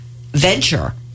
venture